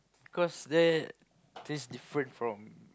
cause there taste different from